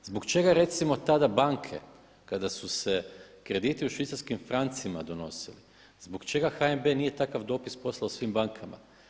Zbog čega recimo tada banke kada su se krediti u švicarskim francima donosili, zbog čega HNB nije takav dopis poslao svim bankama?